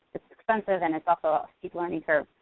it's expensive and it's also a steep learning curve.